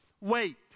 Wait